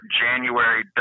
january